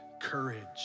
courage